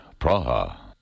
Praha